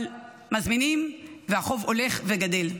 אבל מזמינים, והחוב הולך וגדל.